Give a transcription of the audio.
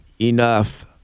enough